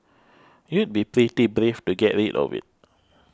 you'd be pretty brave to get rid of it